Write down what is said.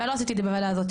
פה,